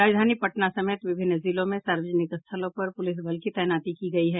राजधानी पटना समेत विभिन्न जिलों में सार्वजनिक स्थलों पर पुलिस बल की तैनाती की गयी है